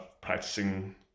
Practicing